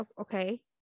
Okay